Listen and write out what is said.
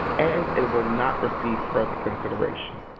and it will not receive further consideration.